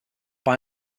that